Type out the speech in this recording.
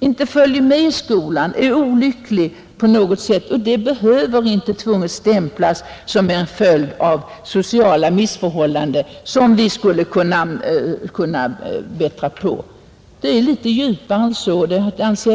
inte följer med i skolan och är olycklig på något sätt. Det behöver inte tvunget stämplas såsom en följd av sociala missförhållanden som vi skulle kunna avhjälpa. Orsaken ligger litet djupare än så.